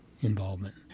involvement